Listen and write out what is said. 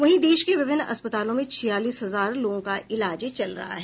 वहीं देश के विभिन्न अस्पतालों में छियालीस हजार लोगों का इलाज चल रहा है